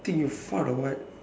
did you fart or what